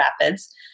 rapids